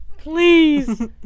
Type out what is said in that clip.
Please